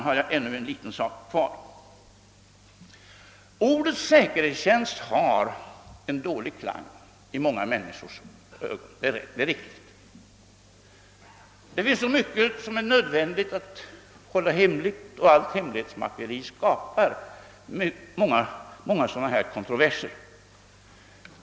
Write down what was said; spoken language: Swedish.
Det är riktigt att ordet säkerhetstjänst har dålig klang i många människors öron, men det är så mycket som måste hållas hemligt, och allt hemlighetsmakeri skapar kontroverser.